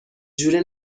جوره